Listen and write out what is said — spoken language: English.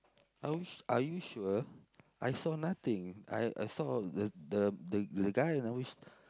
oh are you sure I saw nothing I I saw the the the guy you now wish